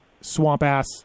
swamp-ass